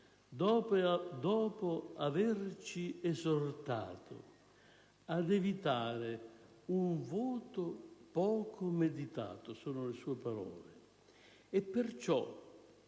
dopo averci esortato a evitare un voto poco meditato - sono le sue parole - e perciò